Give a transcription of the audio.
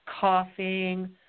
coughing